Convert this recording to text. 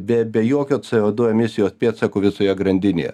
be be jokio co du emisijos pėdsako visoje grandinėje